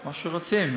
מה שרוצים.